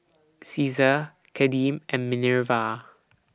Caesar Kadeem and Minerva